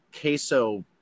queso